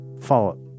follow